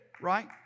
right